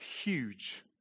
huge